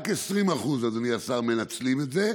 רק 20% מנצלים את זה,